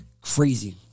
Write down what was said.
crazy